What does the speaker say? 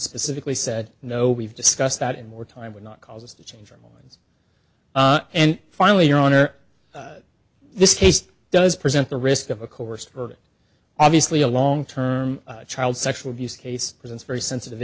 specifically said no we've discussed that and more time would not cause us to change our minds and finally your honor this case does present the risk of a course or obviously a long term child sexual abuse case presents very sensitive